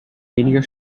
weniger